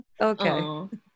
Okay